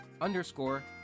underscore